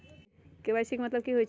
KYC के कि मतलब होइछइ?